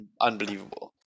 unbelievable